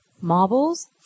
marbles